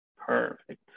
Perfect